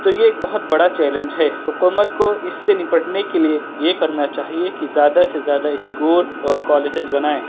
تو یہ ایک بہت بڑا چیلنج ہے حکومت کو اس سے نپٹنے کے لیے یہ کرنا چاہیے کہ زیادہ سے زیادہ اسکول اور کالجز بنائیں